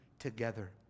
Together